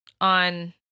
on